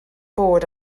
bod